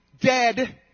dead